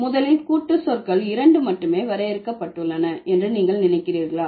முதலில் கூட்டு சொற்கள் இரண்டு மட்டுமே வரையறுக்கப்பட்டுள்ளன என்று நீங்கள் நினைக்கிறீர்களா